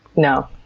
no.